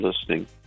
listening